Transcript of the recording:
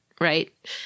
right